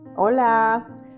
Hola